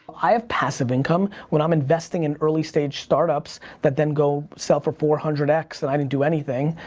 i have passive income when i'm investing in early stage startups that then go sell for four hundred x and i didn't do anything.